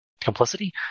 complicity